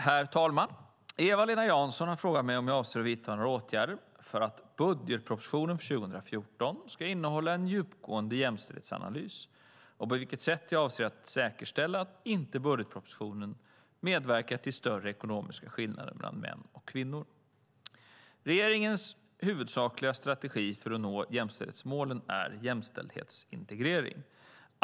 Herr talman! Eva-Lena Jansson har frågat mig om jag avser att vidta några åtgärder för att budgetpropositionen för 2014 ska innehålla en djupgående jämställdhetsanalys och på vilket sätt jag avser att säkerställa att inte budgetpropositionen medverkar till större ekonomiska skillnader mellan kvinnor och män. Regeringens huvudsakliga strategi för att nå jämställdhetsmålen är jämställdhetsintegrering.